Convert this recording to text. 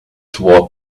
toward